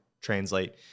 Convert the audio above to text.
translate